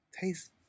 taste